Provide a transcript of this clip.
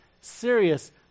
Serious